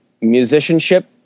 musicianship